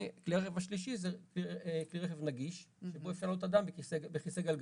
וכלי הרכב השלישי זה כלי רכב נגיש שיוכלו לפנות אדם בכיסא גלגלים.